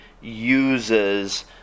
uses